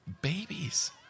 babies